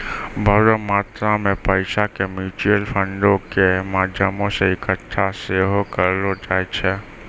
बड़ो मात्रा मे पैसा के म्यूचुअल फंडो के माध्यमो से एक्कठा सेहो करलो जाय छै